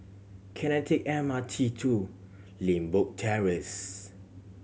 can I take M R T to Limbok Terrace